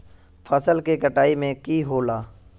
फसल के कटाई में की होला?